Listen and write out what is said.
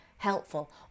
Helpful